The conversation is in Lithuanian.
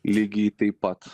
lygiai taip pat